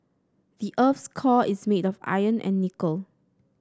the earth's core is made of iron and nickel